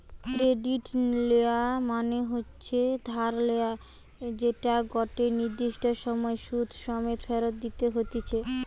credit লেওয়া মনে হতিছে ধার লেয়া যেটা গটে নির্দিষ্ট সময় সুধ সমেত ফেরত দিতে হতিছে